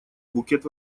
букет